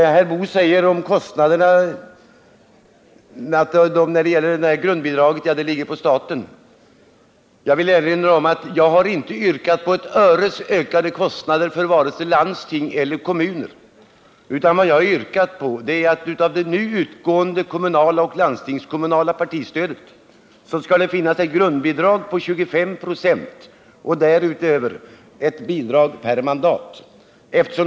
Herr Boo säger att kostnaderna för grundbidraget ligger på staten. Jag vill erinra om att jag inte har yrkat på ett enda öres ökning av kostnaderna för vare sig landsting eller kommuner, utan vad jag yrkat är att av det nu utgående kommunala och landstingskommunala stödet skall 25 26 utgå som grundbidrag och resten som ett bidrag per mandat.